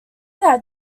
that